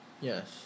Yes